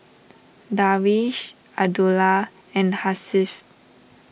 Darwish Abdullah and Hasif